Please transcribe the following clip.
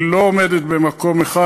היא לא עומדת במקום אחד,